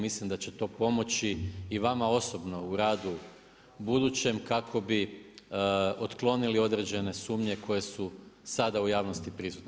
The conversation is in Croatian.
Mislim da će to pomoći i vama osobno u radu budućem kako bi otklonili određene sumnje koje su sada u javnosti prisutne.